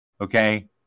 Okay